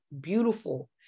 beautiful